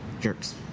jerks